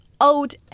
old